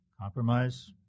compromise